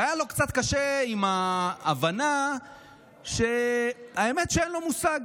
והיה לו קצת קשה עם ההבנה שהאמת שאין לו מושג.